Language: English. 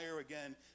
again